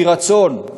מרצון,